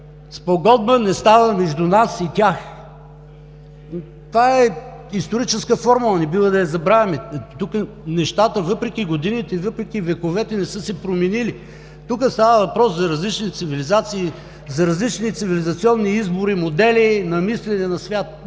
„Спогодба не става между нас и тях.“ Това е историческа формула, не бива да я забравяме. Тук нещата, въпреки годините и въпреки вековете, не са се променили. Тук става въпрос за различни цивилизации, за различни цивилизационни избори, модели на мислене и на свят.